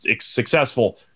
successful